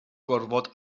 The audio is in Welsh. gorfod